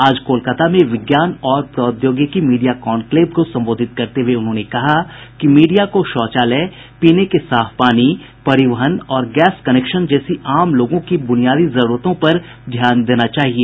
आज कोलकाता में विज्ञान और प्रौद्योगिकी मीडिया कॉन्क्लेव को संबोधित करते हुए उन्होंने कहा कि मीडिया को शौचालय पीने के साफ पानी परिवहन और गैस कनेक्शन जैसी आम लोगों की ब्रनियादी जरूरतों पर ध्यान देना चाहिए